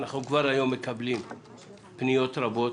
כבר היום אנחנו מקבלים פניות רבות